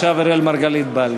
עכשיו אראל מרגלית בא לי.